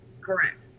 Correct